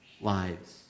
lives